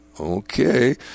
okay